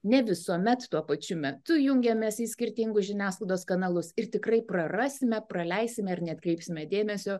ne visuomet tuo pačiu metu jungiamės į skirtingų žiniasklaidos kanalus ir tikrai prarasime praleisime ar neatkreipsime dėmesio